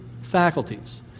faculties